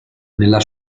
nella